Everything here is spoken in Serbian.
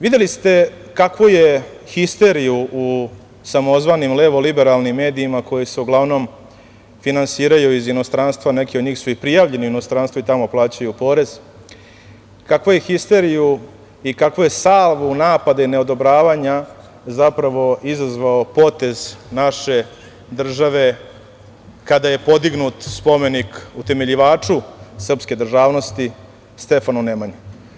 Videli ste kakvu je histeriju u samozvanim levoliberalnim medijima koji se uglavnom finansiraju iz inostranstva, neki od njih su i prijavljeni u inostranstvo i tamo plaćaju porez, kakva je histeriju i kakvu je salvu napada i neodobravanja zapravo izazvao potez naše države kada je podignut spomenik utemeljivaču srpske državnosti Stefanu Nemanji.